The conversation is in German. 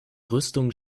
rüstung